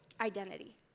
identity